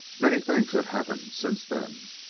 many things had happened since then.